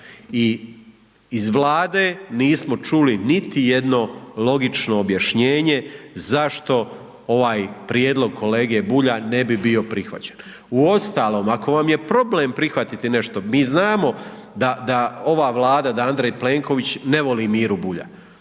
i iz Vlade nismo čuli niti jedno logično objašnjenje zašto ovaj prijedlog kolege Bulja ne bi bio prihvaćen. Uostalom, ako vam je problem prihvatiti nešto, mi znamo da ova Vlada, da Andrej Plenković ne voli Miru Bulja,